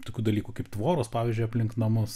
tokių dalykų kaip tvoros pavyzdžiui aplink namus